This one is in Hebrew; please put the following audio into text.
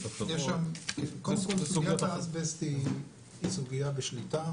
קודם כל סוגיית האסבסט היא סוגיה בשליטה